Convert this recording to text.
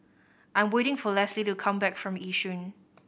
I'm waiting for Lesley to come back from Yishun